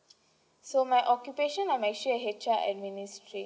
so my occupation I'm actually a H_R administrator